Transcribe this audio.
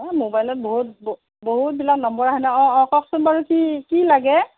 মোবাইলত বহুত বহুতবিলাক নম্বৰ আহে ন অঁ অঁ কওকচোন বাৰু কি কি লাগে